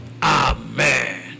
Amen